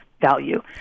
value